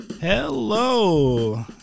hello